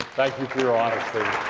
thank you for your honesty.